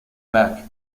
back